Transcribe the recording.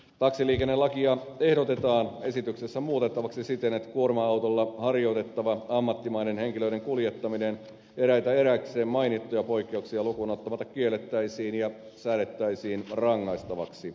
taksiliikennelakia ehdotetaan esityksessä muutettavaksi siten että kuorma autolla harjoitettava ammattimainen henkilöiden kuljettaminen eräitä erikseen mainittuja poikkeuksia lukuun ottamatta kiellettäisiin ja säädettäisiin rangaistavaksi